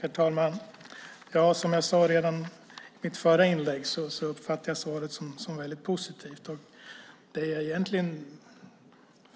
Herr talman! Som jag sade redan i mitt förra inlägg uppfattar jag svaret som positivt.